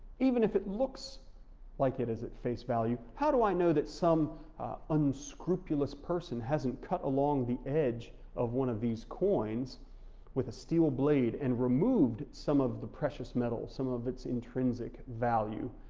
even if it looks like it is at face value, how do i know that some unscrupulous person hasn't cut along the edge of one of these coins with a steel blade and removed some of the precious metal, some of its intrinsic value,